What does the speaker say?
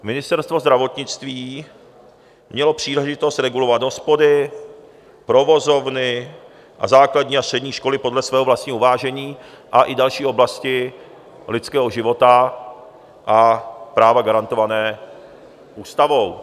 Ministerstvo zdravotnictví mělo příležitost regulovat hospody, provozovny, základní a střední školy podle svého vlastního uvážení a i další oblasti lidského života a práva garantovaná ústavou.